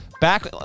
back